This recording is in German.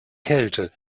kälte